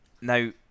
Now